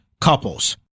couples